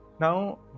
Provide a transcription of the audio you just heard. Now